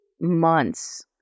months